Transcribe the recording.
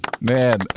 man